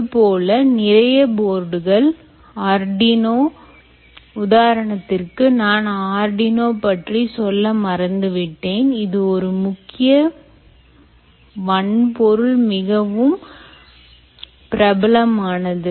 இதுபோல நிறைய போர்டுகள் arduino உதாரணத்திற்கு நான் arduino பற்றி சொல்ல மறந்துவிட்டேன் இது ஒரு முக்கிய வன்பொருள் மிகவும் பிரபலமானது